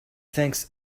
thanks